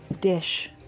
Dish